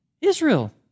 Israel